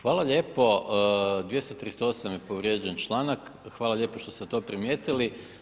Hvala lijepo, 238. je povrijeđen članak, hvala lijepo što ste to primijetili.